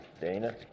Dana